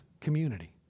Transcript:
community